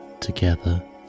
together